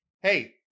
Hey